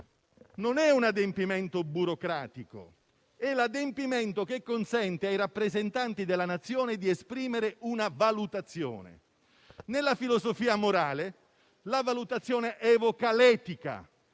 non è un adempimento burocratico, ma l'adempimento che consente ai rappresentanti della Nazione di esprimere una valutazione. Nella filosofia morale, la valutazione evoca l'etica.